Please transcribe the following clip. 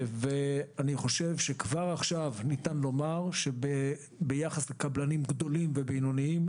אני חושב שכבר עכשיו ניתן לומר שביחס לקבלנים גדולים ובינוניים,